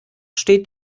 steht